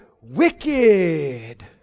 wicked